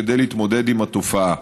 כדי להתמודד עם התופעה.